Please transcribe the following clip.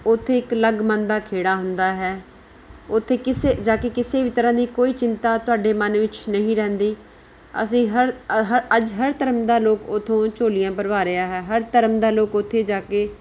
ਉੱਥੇ ਇੱਕ ਅਲੱਗ ਮਨ ਦਾ ਖੇੜਾ ਹੁੰਦਾ ਹੈ ਉੱਥੇ ਕਿਸੇ ਜਾ ਕੇ ਕਿਸੇ ਵੀ ਤਰ੍ਹਾਂ ਦੀ ਕੋਈ ਚਿੰਤਾ ਤੁਹਾਡੇ ਮਨ ਵਿੱਚ ਨਹੀਂ ਰਹਿੰਦੀ ਅਸੀਂ ਹਰ ਹਰ ਅੱਜ ਹਰ ਧਰਮ ਦਾ ਲੋਕ ਉੱਥੋਂ ਝੋਲੀਆਂ ਭਰਵਾ ਰਿਹਾ ਹੈ ਹਰ ਧਰਮ ਦਾ ਲੋਕ ਉੱਥੇ ਜਾ ਕੇ